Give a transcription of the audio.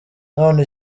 none